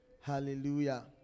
Hallelujah